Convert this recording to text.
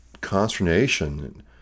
consternation